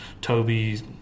Toby's